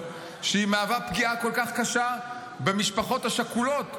שהיא מהווה פגיעה כל כך קשה במשפחות השכולות,